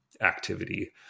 activity